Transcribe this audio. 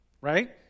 right